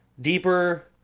Deeper